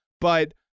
But-